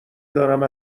دارم